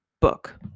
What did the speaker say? Book